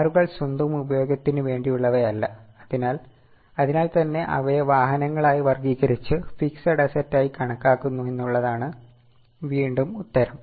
കാറുകൾ സ്വന്തം ഉപയോഗത്തിന് വേണ്ടിയുള്ളവയല്ല അതിനാൽ തന്നെ അവയെ വാഹനങ്ങളായി വർഗ്ഗീകരിച്ച് ഫിക്സെഡ് അസറ്റ് ആയി കണക്കാക്കുന്നു എന്നുള്ളതാണ് വീണ്ടും ഉത്തരം